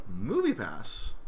MoviePass